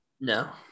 no